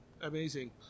Amazing